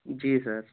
जी sir